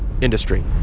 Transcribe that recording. industry